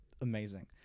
amazing